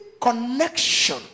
connection